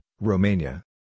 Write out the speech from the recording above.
Romania